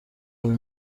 این